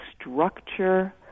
structure